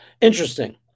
Interesting